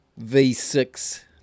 V6